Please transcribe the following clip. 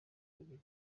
bigire